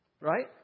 right